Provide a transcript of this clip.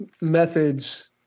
methods